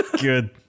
good